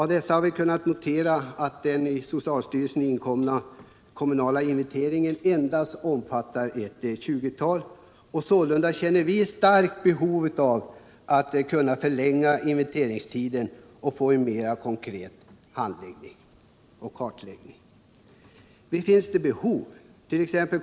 Vi har kunnat notera att den kommunala inventeringen endast omfattar ett 20-tal av dessa anläggningar. Sålunda känner vi ett starkt behov av att få den inventeringstiden förlängd och få till stånd en mera omfattande kartläggning. Visst finns det behov!